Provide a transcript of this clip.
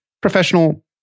professional